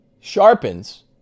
sharpens